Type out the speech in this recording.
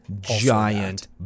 giant